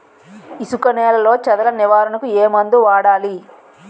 ఇసుక నేలలో చదల నివారణకు ఏ మందు వాడాలి?